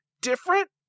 Different